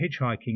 hitchhiking